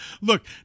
Look